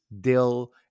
dill